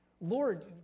Lord